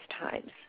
times